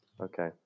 Okay